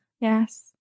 Yes